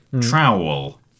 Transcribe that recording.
Trowel